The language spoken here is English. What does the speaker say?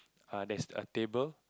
err theres a table